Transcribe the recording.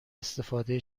استفاده